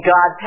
God